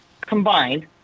combined